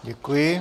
Děkuji.